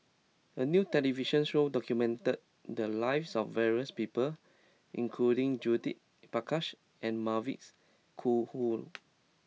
a new television show documented the lives of various people including Judith Prakash and Mavis Khoo